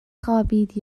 خوابید